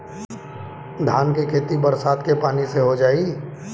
धान के खेती बरसात के पानी से हो जाई?